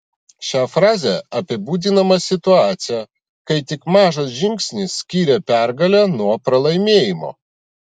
šia fraze apibūdinama situacija kai tik mažas žingsnis skiria pergalę nuo pralaimėjimo